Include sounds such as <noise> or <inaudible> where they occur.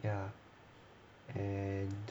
ya <breath> and